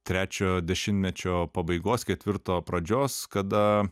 trečiojo dešimtmečio pabaigos ketvirto pradžios kada